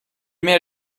mehr